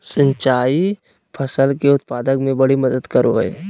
सिंचाई फसल के उत्पाद में बड़ी मदद करो हइ